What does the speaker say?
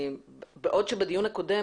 בעוד שבדיון הקודם,